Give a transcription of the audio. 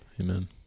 Amen